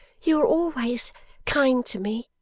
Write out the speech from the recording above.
you are always kind to me,